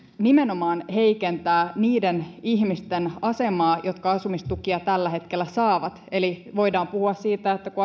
nimenomaan heikentää niiden ihmisten asemaa jotka asumistukia tällä hetkellä saavat eli voidaan puhua siitä että kun